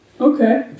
Okay